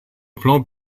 plan